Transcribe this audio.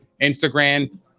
Instagram